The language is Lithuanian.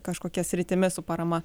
kažkokia sritimi su parama